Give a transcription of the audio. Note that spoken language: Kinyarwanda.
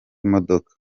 imodoka